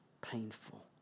painful